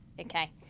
Okay